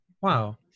Wow